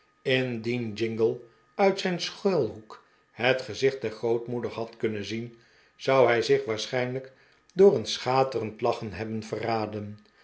indien jingle uit zijn schuilhoek het gezicht der grootmoeder had kunnen zien zou hij zich zeer waarschijnlijk door een schaterend gelach hebben verraden